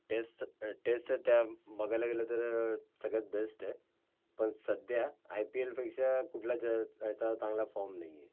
test टेस्स त्या बघायला गेलं तर सगळ्यात बेस्ट आहे पण सध्या आय पी एलपेक्षा कुठला जा याचा चांगला फॉर्म नाही आहे